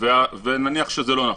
נגדו חקירה ונניח שזה לא נכון.